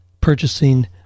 purchasing